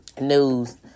News